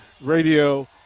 Radio